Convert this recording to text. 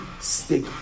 stick